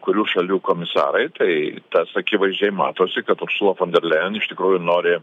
kurių šalių komisarai tai tas akivaizdžiai matosi kad ursula fon der lejen iš tikrųjų nori